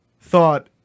thought